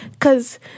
cause